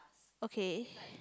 okay